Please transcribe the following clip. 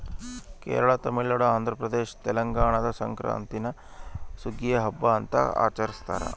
ಕೇರಳ ತಮಿಳುನಾಡು ಆಂಧ್ರಪ್ರದೇಶ ತೆಲಂಗಾಣದಾಗ ಸಂಕ್ರಾಂತೀನ ಸುಗ್ಗಿಯ ಹಬ್ಬ ಅಂತ ಆಚರಿಸ್ತಾರ